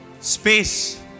space